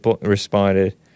responded